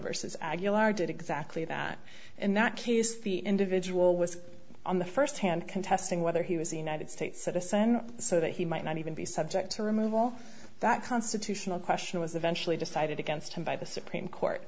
aguilar did exactly that in that case the individual was on the first hand contesting whether he was a united states citizen so that he might not even be subject to removal that constitutional question was eventually decided against him by the supreme court